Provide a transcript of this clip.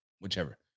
whichever